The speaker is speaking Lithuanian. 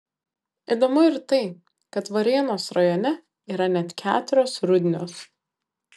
įdomu ir tai kad varėnos rajone yra net keturios rudnios